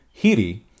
hiri